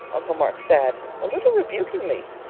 uncle mark said, a little rebukingly,